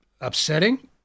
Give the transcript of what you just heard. upsetting